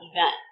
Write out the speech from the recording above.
event